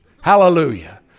Hallelujah